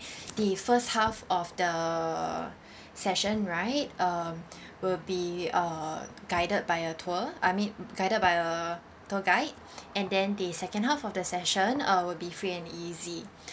the first half of the session right uh will be uh guided by a tour I mean guided by a tour guide and then the second half of the session uh will be free and easy